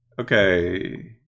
Okay